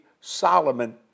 Solomon